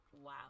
Wow